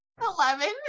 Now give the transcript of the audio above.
Eleven